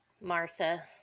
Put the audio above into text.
Martha